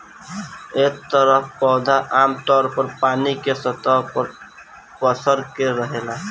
एह तरह पौधा आमतौर पर पानी के सतह पर पसर के रहेला